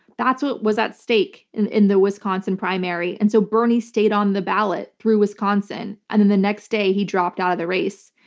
that's what was at stake in in the wisconsin primary, and so bernie stayed on the ballot through wisconsin, and then the next day he dropped out of the race.